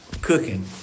cooking